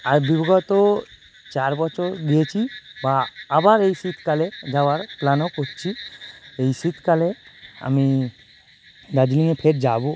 এতো দূর গত চার বছর গিয়েছি বা আবার এই শীতকালে যাওয়ার প্ল্যানও করছি এই শীতকালে আমি দার্জিলিঙে ফের যাবো